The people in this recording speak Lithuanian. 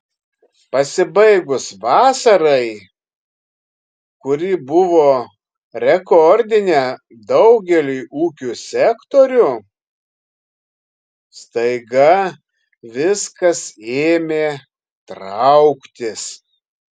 pasibaigus vasarai kuri buvo rekordinė daugeliui ūkio sektorių staiga viskas ėmė trauktis